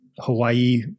Hawaii